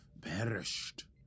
perished